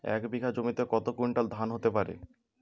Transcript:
এক বিঘা জমিতে কত কুইন্টাল ধান হতে পারে?